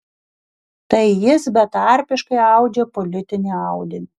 tai jis betarpiškai audžia politinį audinį